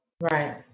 Right